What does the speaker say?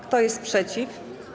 Kto jest przeciw?